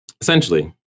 essentially